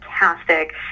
fantastic